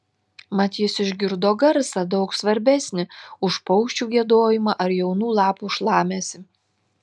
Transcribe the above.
mat jis išgirdo garsą daug svarbesnį už paukščių giedojimą ar jaunų lapų šlamesį